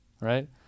right